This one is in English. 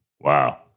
Wow